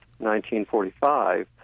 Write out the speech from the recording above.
1945